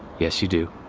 yes you do.